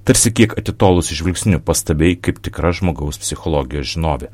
tarsi kiek atitolusiu žvilgsniu pastabi kaip tikra žmogaus psichologijos žinovė